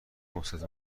مثبت